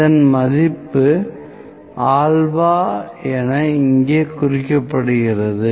இதன் மதிப்பு α என இங்கே குறிக்கப்படுகிறது